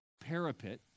parapet